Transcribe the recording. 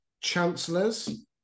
chancellors